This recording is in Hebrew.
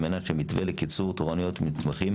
על מנת שהמתווה לקיצור תורנויות המתמחים